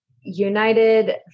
United